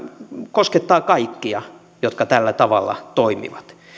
koskettaa kaikkia jotka tällä tavalla toimivat